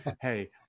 hey